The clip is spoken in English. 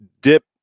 dip